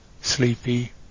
sleepy